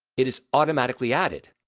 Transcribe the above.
it is automatically added.